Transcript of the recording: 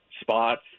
spots